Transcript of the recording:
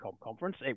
conference